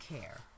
care